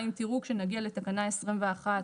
אם תראו כשנגיע לתקנה 21,